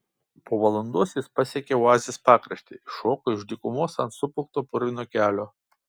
po valandos jis pasiekė oazės pakraštį iššoko iš dykumos ant suplūkto purvino kelio